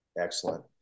Excellent